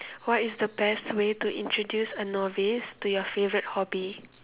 what is the best way to introduce a novice to your favorite hobby